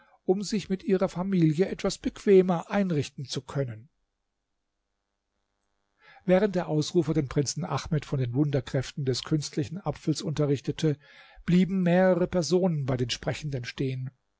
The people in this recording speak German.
um sich mit ihrer familie etwas bequemer einrichten zu können während der ausrufer den prinzen ahmed von den wunderkräften des künstlichen apfels unterrichtete blieben mehrere personen bei den sprechenden stehen